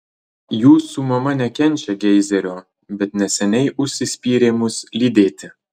jūsų mama nekenčia geizerio bet neseniai užsispyrė mus lydėti